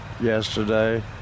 yesterday